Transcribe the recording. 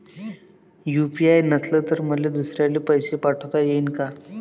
UPI नसल तर मले दुसऱ्याले पैसे पाठोता येईन का?